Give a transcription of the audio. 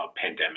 pandemic